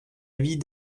vis